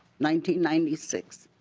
ninety ninety six.